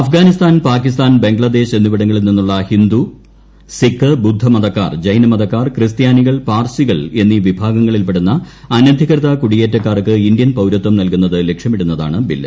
അഫ്ഗാനിസ്ഥാൻ പാകിസ്ഥാൻ ബംഗ്ലാദേശ് എന്നിവിടങ്ങളിൽ നിന്നുളള ഹിന്ദു സിഖ് ബുദ്ധമതക്കാർ ജൈനമതക്കാർ ക്രിസ്ത്യാനികൾ പാർസികൾ എന്നീ വിഭാഗങ്ങളിൽപ്പെടുന്ന അനധികൃത കുടിയേറ്റക്കാർക്ക് ഇന്ത്യൻ പൌരത്വം നൽകുന്നത് ലക്ഷ്യമിടുന്നതാണ് ബിൽ